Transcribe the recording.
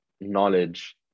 knowledge